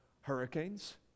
hurricanes